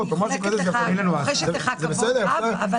תקציב מבוקשות ללא נתונים מסכמים של משאבים קיימים,